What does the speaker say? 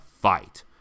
fight